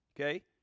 Okay